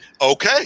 Okay